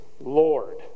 Lord